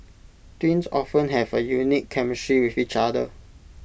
twins often have A unique chemistry with each other